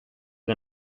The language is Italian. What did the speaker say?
che